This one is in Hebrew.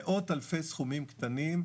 מאות אלפי סכומים קטנים,